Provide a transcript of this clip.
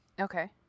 Okay